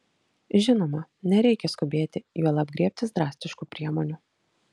žinoma nereikia skubėti juolab griebtis drastiškų priemonių